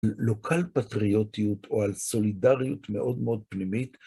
לוקל פטריוטיות או על סולידריות מאוד מאוד פנימית.